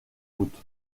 route